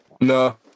No